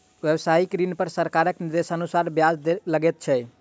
व्यवसायिक ऋण पर सरकारक निर्देशानुसार ब्याज लगैत छै